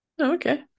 Okay